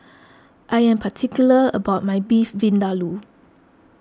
I am particular about my Beef Vindaloo